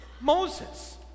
Moses